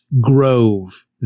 grove